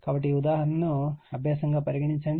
కాబట్టి ఈ ఉదాహరణను అభ్యాసం గా పరిగణించండి